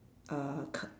uh c~